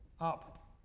up